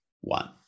one